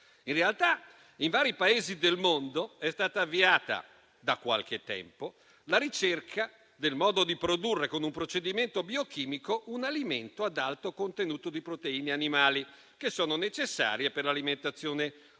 In realtà, in vari Paesi del mondo è stata avviata da qualche tempo la ricerca del modo di produrre con un procedimento biochimico un alimento ad alto contenuto di proteine animali, che sono necessarie per l'alimentazione